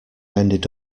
ended